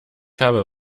habe